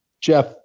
Jeff